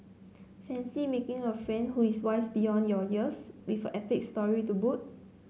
fancy making a friend who is wise beyond your years with epic story to boot